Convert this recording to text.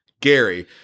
Gary